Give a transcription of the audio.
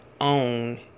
own